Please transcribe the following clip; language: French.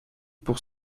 pour